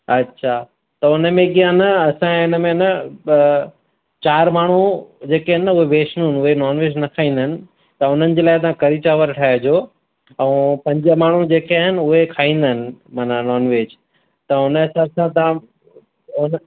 अछा त हुन में कीअं आहे न असांजे हुन में न त चार माण्हू जेके आहिनि न उहे वैष्णु उहे नॉनवेज न खाईंदा आहिनि त हुननि जे लाइ तव्हां कढ़ी चांवर ठाहिजो ऐं पंज माण्हू जेके आहिनि उहे खाईंदा आहिनि माना नॉनवेज त हुन जे हिसाबु सां तव्हां